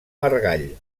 margall